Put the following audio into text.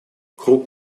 круг